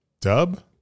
Dub